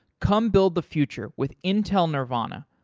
come build the future with intel nervana.